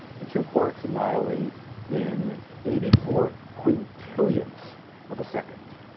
the two quarks annihilate in eighty four quintillionths of a second.